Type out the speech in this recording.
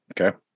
okay